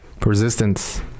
Resistance